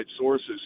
sources